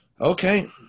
Okay